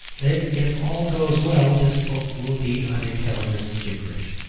that if all goes well this book will be unintelligible gibberish.